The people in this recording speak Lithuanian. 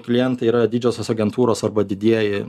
klientai yra didžiosios agentūros arba didieji